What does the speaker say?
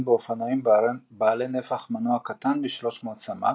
באופנועים בעלי נפח מנוע קטן מ-300 סמ"ק,